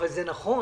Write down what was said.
אבל זה נכון,